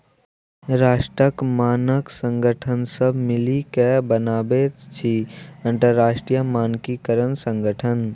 राष्ट्रक मानक संगठन सभ मिलिकए बनाबैत अछि अंतरराष्ट्रीय मानकीकरण संगठन